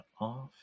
off